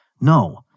No